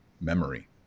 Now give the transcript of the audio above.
memory